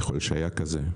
ככול שהיה כזה,